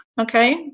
Okay